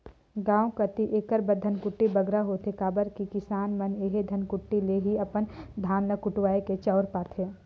गाँव कती एकर बर धनकुट्टी बगरा होथे काबर कि किसान मन एही धनकुट्टी ले ही अपन धान ल कुटवाए के चाँउर पाथें